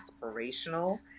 aspirational